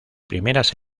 primeras